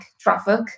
traffic